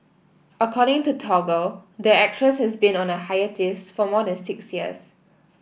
according to Toggle the actress has been on a hiatus for more than six years